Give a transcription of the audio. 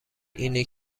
اینه